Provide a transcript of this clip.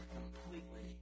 completely